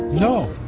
no